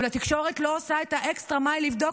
אבל התקשורת לא עושה את האקסטרה-מייל לבדוק